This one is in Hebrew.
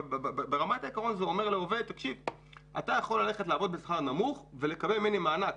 אבל בעיקרון זה אומר לעובד שהוא יכול לעבוד בשכר נמוך ולקבל מענק